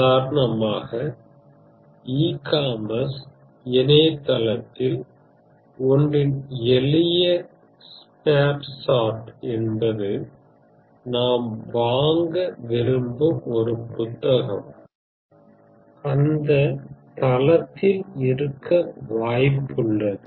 உதாரணமாக e commerce இணையதளங்களில் ஒன்றின் எளிய ஸ்னாப்ஷாட் என்பது நாம் வாங்க விரும்பும் ஒரு புத்தகம் அந்த தலத்தில் இருக்க வாய்ப்புள்ளது